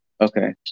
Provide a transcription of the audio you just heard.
Okay